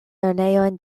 lernejojn